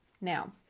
Now